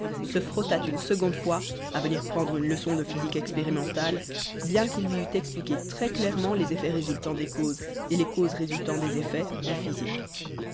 se frottât une seconde fois à venir prendre une leçon de physique expérimentale bien qu'il lui eût expliqué très clairement les effets résultant des causes et les causes résultant des effets en physique